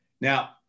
Now